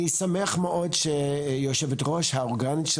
אני שמח מאוד שיושבת ראש האורגנית של